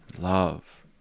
love